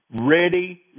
ready